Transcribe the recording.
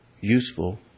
useful